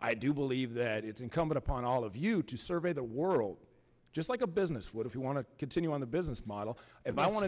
i do believe that it's incumbent upon all of you to survey the world just like a business what if you want to continue on the business model and i want to